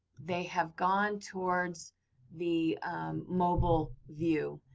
they have gone towards the mobile view.